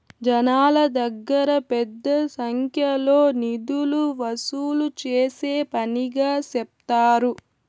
జనాల దగ్గర పెద్ద సంఖ్యలో నిధులు వసూలు చేసే పనిగా సెప్తారు